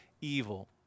evil